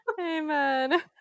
Amen